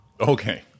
okay